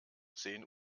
zehn